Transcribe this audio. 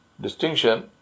distinction